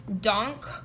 donk